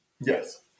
Yes